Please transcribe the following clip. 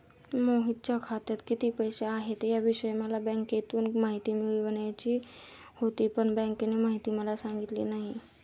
मोहितच्या खात्यात किती पैसे आहेत याविषयी मला बँकेतून माहिती मिळवायची होती, पण बँकेने माहिती मला सांगितली नाही